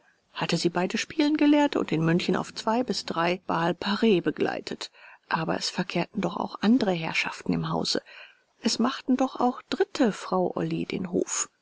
hatte sie beide spielen gelehrt und in münchen auf zwei bis drei bal pars begleitet aber es verkehrten doch auch andere herrschaften im hause es machten doch auch dritte frau olly den hof